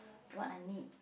what I need